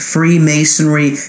Freemasonry